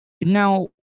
now